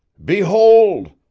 behold!